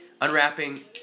unwrapping